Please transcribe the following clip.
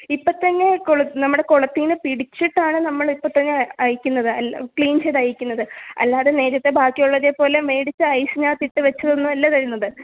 ഇപ്പോൾത്തന്നെ കുളം നമ്മുടെ കുളത്തിൽനിന്ന് പിടിച്ചിട്ടാണ് നമ്മൾ ഇപ്പോൾത്തന്നെ അയയ്ക്കുന്നത് അല്ല ക്ലീൻ ചെയ്ത് അയയ്ക്കുന്നത് അല്ലാതെ നേരത്തെ ബാക്കിയുള്ളവരെപ്പോലെ മേടിച്ച് ഐസിനകത്ത് ഇട്ടുവെച്ചതൊന്നുവല്ല തരുന്നത്